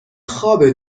خوابه